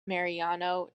mariano